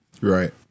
Right